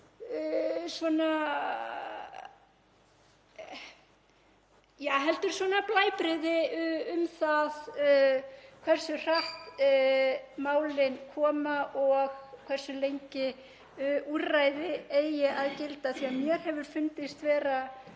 ágreining heldur svona blæbrigði um það hversu hratt málin koma og hversu lengi úrræði eigi að gilda. Mér hefur fundist vera